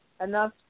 enough